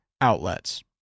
outlets